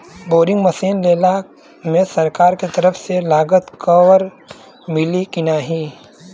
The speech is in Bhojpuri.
बोरिंग मसीन लेला मे सरकार के तरफ से लागत कवर मिली की नाही?